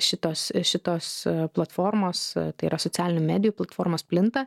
šitos šitos platformos tai yra socialinių medijų platformos plinta